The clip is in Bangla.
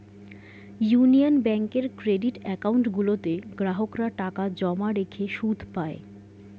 ইউনিয়ন ব্যাঙ্কের ক্রেডিট অ্যাকাউন্ট গুলোতে গ্রাহকরা টাকা জমা রেখে সুদ পায়